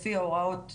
לפי הוראות הדין,